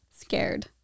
Scared